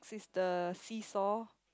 the seesaw